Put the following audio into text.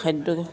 খাদ্য